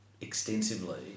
extensively